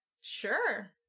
Sure